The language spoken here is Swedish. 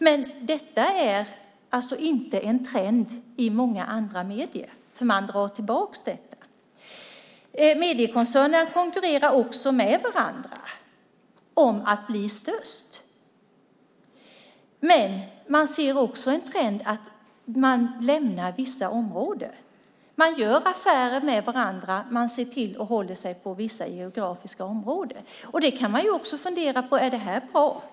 Men detta är inte en trend i många andra medier utan i stället dras detta tillbaka. Mediekoncernerna konkurrerar också med varandra om att bli störst. Men det finns också en trend att de lämnar vissa områden. De gör affärer med varandra, och de ser till att hålla sig på vissa geografiska områden. Vi kan fundera på om det är bra.